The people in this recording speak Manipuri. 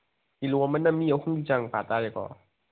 ꯀꯤꯂꯣ ꯑꯃꯅ ꯃꯤ ꯑꯍꯨꯝꯒꯤ ꯆꯥꯡ ꯄꯥ ꯇꯥꯔꯦꯀꯣ